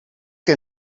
que